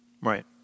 Right